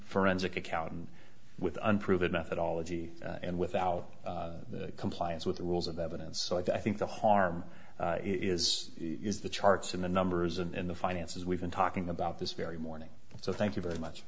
forensic accountant with unproven methodology and without compliance with the rules of evidence so i think the harm is is the charts and the numbers and the finances we've been talking about this very morning so thank you very much